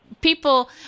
people